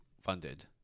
funded